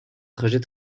trajet